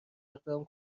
اقدام